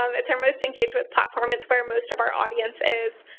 um it's our most engaged-with platform. it's where most of our audience is,